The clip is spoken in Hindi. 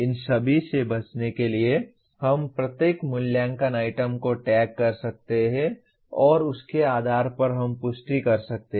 इन सभी से बचने के लिए हम प्रत्येक मूल्यांकन आइटम को टैग कर सकते हैं और उसके आधार पर हम पुष्टि कर सकते हैं